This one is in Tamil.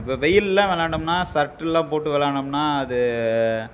இப்போ வெயிலெல்லாம் விளாண்டோம்னா சர்ட்டெல்லாம் போட்டு விளாண்டோம்னா அது